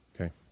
Okay